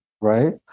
right